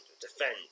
defend